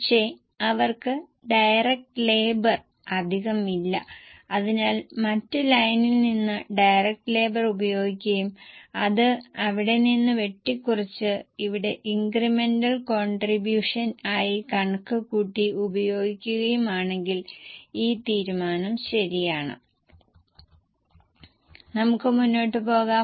കാരണം ജീവനക്കാരുടെ ചെലവ് 15 ശതമാനം വർധിക്കുന്നുണ്ടെന്ന് ഇതിനകം തന്നെ നൽകിയിട്ടുണ്ട് കാരണം ശമ്പള വർദ്ധനവ് നൽകുന്നതിൽ അവർ ചെറിയ ഉദാരദയാണ് നൽകുന്നത് എന്നാൽ മറ്റ് ചെലവുകൾക്ക് അവർ 10 മുതൽ 12 ശതമാനം വരെ വർദ്ധനവ് നൽകുന്നു